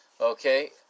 Okay